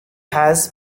has